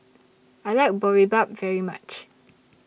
I like Boribap very much